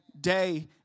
day